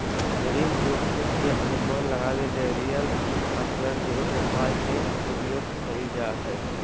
ऋण जोखिम के अनुमान लगबेले यिलड स्प्रेड के उपाय के उपयोग कइल जा हइ